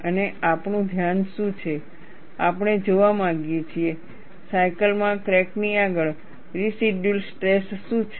અને આપણું ધ્યાન શું છે આપણે જોવા માંગીએ છીએ સાયકલમાં ક્રેક ની આગળ રેસિડયૂઅલ સ્ટ્રેસ શું છે